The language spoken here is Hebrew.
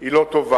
היא לא טובה.